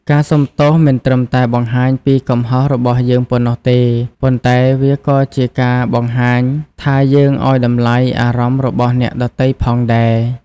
ការសុំទោសមិនត្រឹមតែបង្ហាញពីកំហុសរបស់យើងប៉ុណ្ណោះទេ ប៉ុន្តែវាក៏ជាការបង្ហាញថា យើងឱ្យតម្លៃអារម្មណ៍របស់អ្នកដទៃផងដែរ។